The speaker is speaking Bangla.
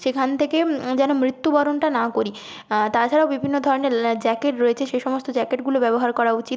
সেখান থেকে যেন মৃত্যুবরণটা না করি তাছাড়াও বিভিন্ন ধরনের ল্যা জ্যাকেট রয়েছে সে সমস্ত জ্যাকেটগুলো ব্যবহার করা উচিত